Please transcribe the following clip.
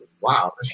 Wow